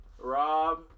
Rob